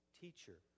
Teacher